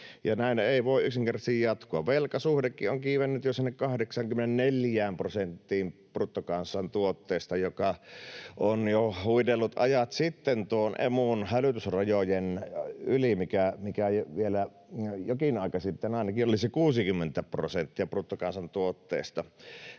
näin ei voi yksinkertaisesti jatkua. Velkasuhdekin on kiivennyt jo sinne 84 prosenttiin bruttokansantuotteesta, joka on jo huidellut ajat sitten Emun hälytysrajojen yli, mikä vielä jokin aika sitten ainakin oli 60 prosenttia bruttokansantuotteesta.